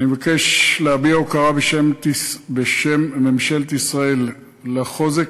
אני מבקש להביע הוקרה בשם ממשלת ישראל על החוזק